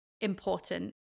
important